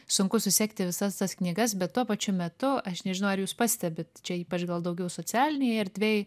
sunku susekti visas tas knygas bet tuo pačiu metu aš nežinau ar jūs pastebit čia ypač gal daugiau socialinėj erdvėj